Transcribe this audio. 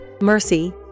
mercy